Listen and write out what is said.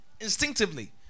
Instinctively